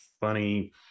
funny